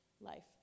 Life